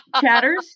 chatters